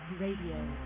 Radio